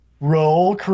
Roll